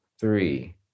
three